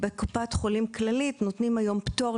כי בקופת חולים כללית נותנים היום פטור,